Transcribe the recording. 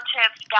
Tips